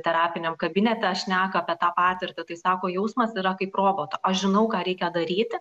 terapiniam kabinete šneka apie tą patirtį tai sako jausmas yra kaip roboto aš žinau ką reikia daryti